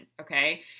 okay